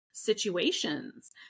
situations